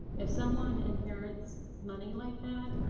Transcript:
if someone inherits money like that,